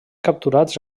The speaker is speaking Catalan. capturats